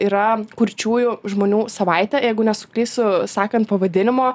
yra kurčiųjų žmonių savaitė jeigu nesuklysiu sakant pavadinimo